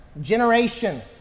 generation